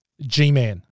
G-Man